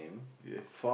yes